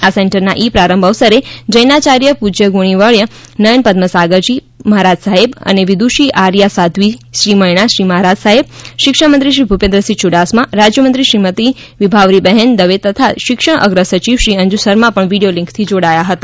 આ સેન્ટરના ઇ પ્રારંભ અવસરે જૈનાચાર્ય પૂજ્ય ગુણીવર્ય નયપદ્મસાગરજી મહારાજ સાહેબ અને વિદૂષી આર્યા સાધ્વી શ્રીમયણા શ્રી મહારાજ સાહેબ શિક્ષણમંત્રીશ્રી ભૂપેન્દ્રસિંહ યુડાસમા રાજ્યમંત્રી શ્રીમતિ વિભાવરી બહેન દવેતથા શિક્ષણ અગ્ર સચિવશ્રી અંજૂ શર્મા પણ વીડિયો લિંકથી જોડાયા હતા